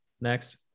next